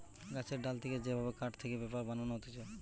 গাছের ডাল থেকে যে ভাবে কাঠ থেকে পেপার বানানো হতিছে